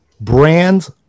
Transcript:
Brands